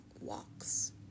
walks